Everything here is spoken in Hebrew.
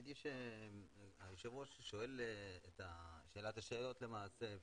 היושב-ראש שואל את שאלת השאלות למעשה,